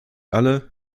alle